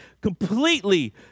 completely